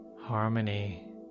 harmony